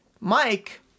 Mike